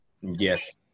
Yes